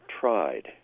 tried